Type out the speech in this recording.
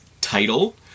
title